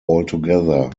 altogether